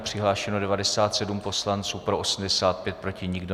Přihlášeno 97 poslanců, pro 85, proti nikdo.